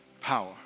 power